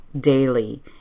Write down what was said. daily